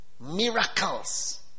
Miracles